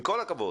עם כל הכבוד.